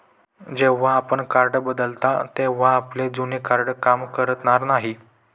जेव्हा आपण कार्ड बदलता तेव्हा आपले जुने कार्ड काम करणार नाही